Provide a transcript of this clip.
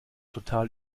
total